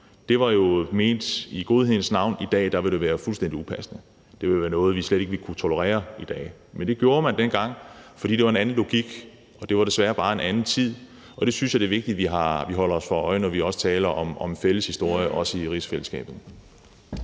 Det blev jo gjort i godhedens navn, men i dag vil det være fuldstændig upassende; det vil være noget, vi slet ikke ville kunne tolerere i dag. Men det gjorde man dengang, fordi der var en anden logik, og det var desværre bare en anden tid, og det synes jeg er vigtigt vi holder os for øje, når vi også taler om fælles historie, også i rigsfællesskabet.